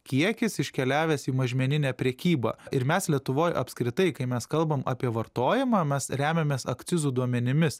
kiekis iškeliavęs į mažmeninę prekybą ir mes lietuvoj apskritai kai mes kalbam apie vartojimą mes remiamės akcizų duomenimis